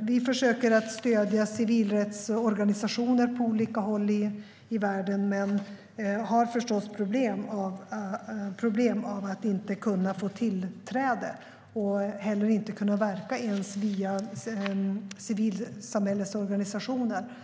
Vi försöker stödja civilrättsorganisationer på olika håll i världen men har förstås problem med att inte få tillträde eller kunna verka ens via civilsamhällesorganisationer.